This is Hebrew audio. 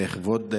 כבוד השר,